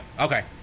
Okay